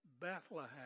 Bethlehem